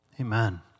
Amen